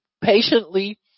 patiently